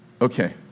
Okay